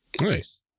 Nice